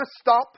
stop